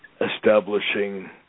establishing